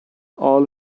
all